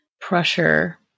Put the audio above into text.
pressure